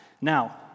Now